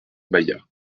maillat